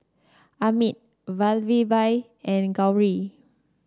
Amit Vallabhbhai and Gauri